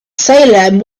salem